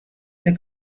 der